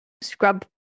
scrub